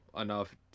enough